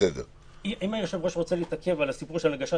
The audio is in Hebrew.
אם היושב-ראש רוצה להתעכב על הסיפור של הנגשת